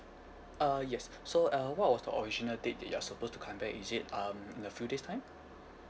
uh yes so uh what was the original date that you are supposed to come back is it um in a few days time